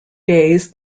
days